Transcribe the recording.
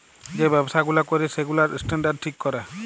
যে ব্যবসা গুলা ক্যরে সেগুলার স্ট্যান্ডার্ড ঠিক ক্যরে